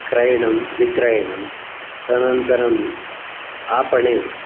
क्रयणं विक्रयणं तदन्तरम् आपणे